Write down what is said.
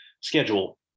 schedule